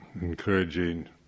encouraging